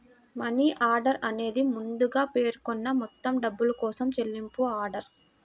money order అనేది ముందుగా పేర్కొన్న మొత్తం డబ్బు కోసం చెల్లింపు ఆర్డర్